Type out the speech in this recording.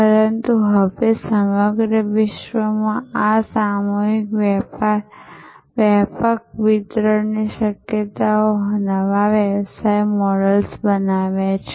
પરંતુ હવે સમગ્ર વિશ્વમાં આ સામૂહિક વ્યાપક વિતરણની શક્યતાએ નવા સેવા વ્યવસાય મોડલ્સ બનાવ્યા છે